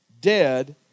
dead